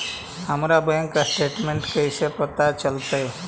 हमर bank statement कैसे पता चलतै?